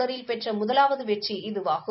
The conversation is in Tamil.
தொடரில் பெறும் முதலாவது வெற்றி இதுவாகும்